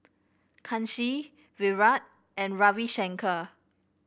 Kanshi Virat and Ravi Shankar